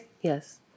yes